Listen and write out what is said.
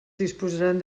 disposaran